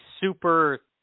super